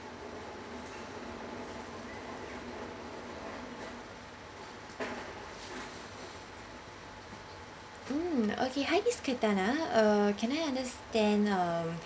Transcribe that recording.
mm okay hi miss cathana uh can I understand um